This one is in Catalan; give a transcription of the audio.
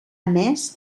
emès